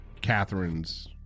Catherine's